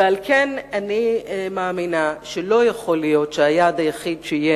ועל כן אני מאמינה שלא יכול להיות שהיעד היחיד שיהיה